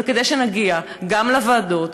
אבל כדי שנגיע גם לוועדות,